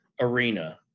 arena